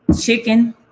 Chicken